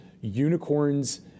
unicorns